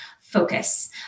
focus